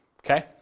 Okay